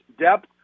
depth